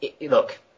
look